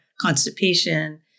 constipation